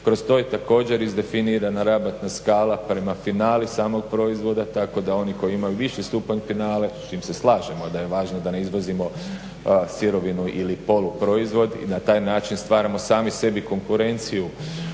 Kroz to je također izdefinirana rabatna skala prema finalu samog proizvoda tako da oni koji imaju viši stupanj finale, s čim se slažemo da je važnije da ne izvozimo sirovinu ili poluproizvod i na taj način stvaramo sami sebi konkurenciju